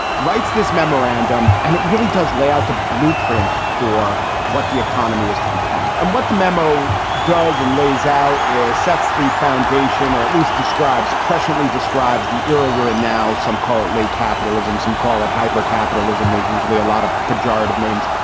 writes this memorandum. and it really does lay out the blueprint for what the economy is to become and what the memo does and lays out. it sets the foundation or at least describes presently describes the era we're in now. some call it late capitalism, some call it hyper capitalism. there's usually a lot of pejorative names.